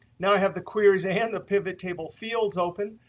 now, i have the queries and the pivot table fields open.